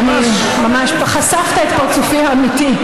חשפת את פרצופי האמיתי.